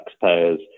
taxpayers